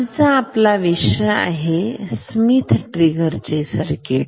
आजचा आपला विषय आहे स्मिथ ट्रिगर चे सर्किट